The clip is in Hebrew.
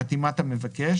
התשנ"ג 1993. חתימת המבקש: